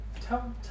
tell